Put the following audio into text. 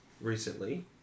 recently